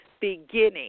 beginning